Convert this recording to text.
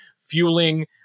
fueling